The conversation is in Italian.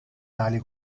tali